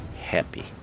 happy